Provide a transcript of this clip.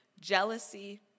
jealousy